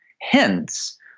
Hence